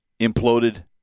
imploded